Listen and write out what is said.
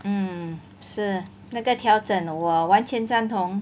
mm 是那个调整我完全赞同